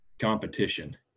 competition